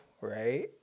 right